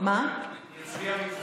אני אצביע מפה.